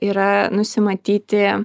yra nusimatyti